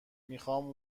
میخوام